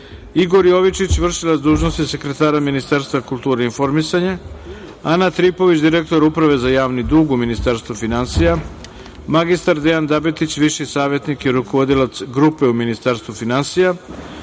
Igor Jovičić, v.d. sekretara Ministarstva kulture i informisanja, Ana Tripović, direktor Uprave za javni dug u Ministarstvu finansija, mr Dejan Dabetić, viši savetnik i rukovodilac Grupe u Ministarstvu finansija,